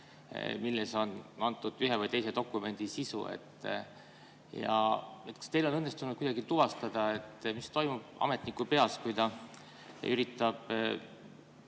milles on ühe või teise dokumendi sisu. Kas teil on õnnestunud kuidagi tuvastada, mis toimub ametniku peas, kui ta üritab